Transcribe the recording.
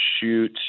shoot